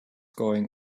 going